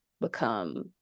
become